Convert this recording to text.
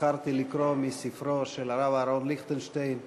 בחרתי לקרוא מספרו של הרב אהרן ליכטנשטיין,